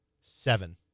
Seven